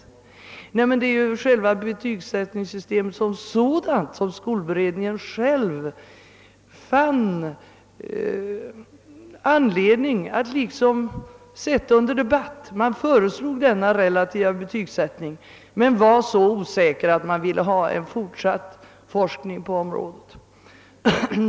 Det var just själva betygsättningssystemet som sådant som skolberedningen fann anledning att sätta under debatt. Man föreslog den relativa betygsättningen, men var så osäker att man ansåg det önskvärt med fortsatt forskning på området.